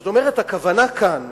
זאת אומרת, הכוונה כאן